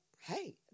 hey